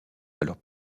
alors